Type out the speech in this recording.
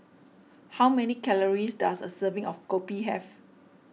how many calories does a serving of Kopi have